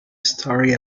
story